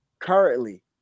currently